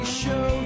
show